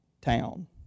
town